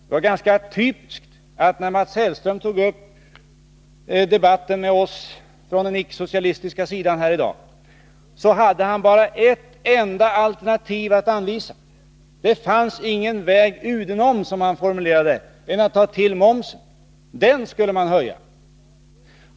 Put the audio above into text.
Det är ganska typiskt att när Mats Hellström tog upp debatten med oss från den icke-socialistiska sidan i dag, så hade han bara ett enda alternativ att anvisa. Det fanns ingen väg ”udenom”, som han formulerade det, utan man skulle höja momsen.